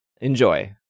Enjoy